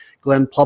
Glenn